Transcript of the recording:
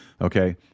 okay